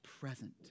present